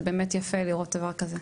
זה באמת יפה לראות דבר כזה.